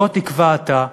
בוא תקבע אתה,